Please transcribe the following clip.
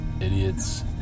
idiots